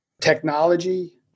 technology